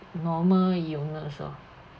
normal illness oh